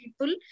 people